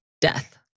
death